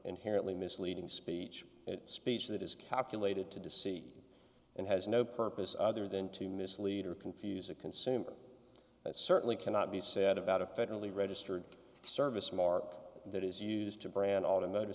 inherently misleading speech at speech that is calculated to deceive and has no purpose other than to mislead or confuse a consumer and certainly cannot be said about a federally registered service mark that is used to brand automotive